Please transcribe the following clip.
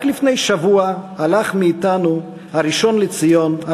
רק לפני שבוע הלך מאתנו הראשון לציון,